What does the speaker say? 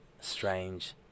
strange